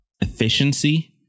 efficiency